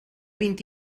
vint